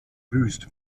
wüst